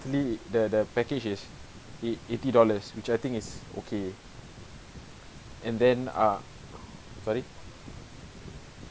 the the package is eight eighty dollars which I think is okay and then ah sorry